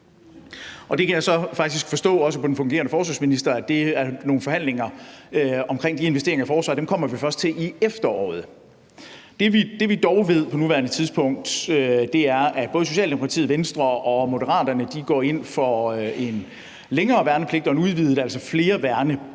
så faktisk også forstå på den fungerende forsvarsminister, at forhandlingerne om de investeringer i forsvaret kommer vi først til i efteråret. Det, vi dog ved på nuværende tidspunkt, er, at både Socialdemokratiet, Venstre og Moderaterne går ind for en længere værnepligt og en udvidet værnepligt,